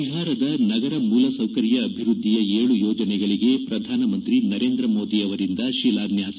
ಬಿಹಾರದ ನಗರ ಮೂಲ ಸೌಕರ್ಯ ಅಭಿವೃದ್ದಿಯ ಏಳು ಯೋಜನೆಗಳಿಗೆ ಶ್ರಧಾನಮಂತ್ರಿ ನರೇಂದ್ರಮೋದಿ ಅವರಿಂದ ಶಿಲಾನ್ಲಾಸ